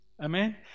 Amen